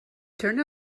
turned